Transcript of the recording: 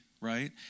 right